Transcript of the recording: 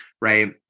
right